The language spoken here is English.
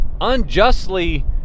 Unjustly